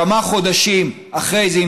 וכמה חודשים אחרי זה,